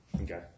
okay